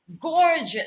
gorgeous